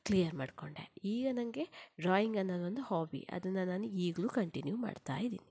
clear ಮಾಡಿಕೊಂಡೆ ಈಗ ನನಗೆ ಡ್ರಾಯಿಂಗ್ ಅನ್ನೋದೊಂದು ಹಾಬಿ ಅದನ್ನು ನಾನು ಈಗಲೂ ಕಂಟಿನ್ಯೂ ಮಾಡ್ತಾ ಇದ್ದೀನಿ